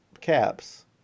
caps